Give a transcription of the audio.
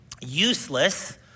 useless